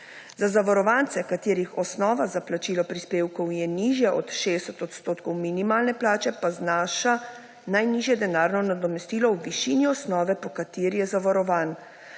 Za zavarovance, katerih osnova za plačilo prispevkov je nižja od 60 % minimalne plače, pa znaša najnižje denarno nadomestilo v višini osnove, po kateri je zavarovan.